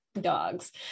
dogs